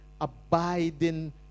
abiding